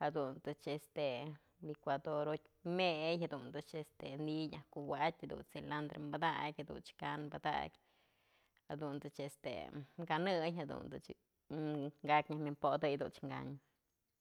jadunt's este licuadora jotyë mey, jadunt's este ni'iy nyaj kuwa'atyë, jadunt's cilandro batakyë mëch kan padakyë jadundyët's este kanëy, jadunchë ka'ak nyaj wi'inpodëy jadunch kanyë.